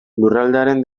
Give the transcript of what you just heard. lurraldearen